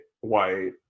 White